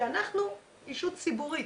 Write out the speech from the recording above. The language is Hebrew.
כי אנחנו ישות ציבורית,